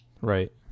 right